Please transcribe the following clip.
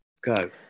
Go